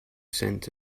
scent